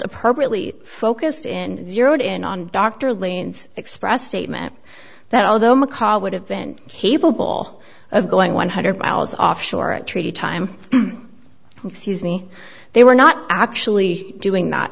appropriately focused in zeroed in on dr liens expressed statement that although mccall would have been capable of going one hundred miles offshore a treaty time excuse me they were not actually doing not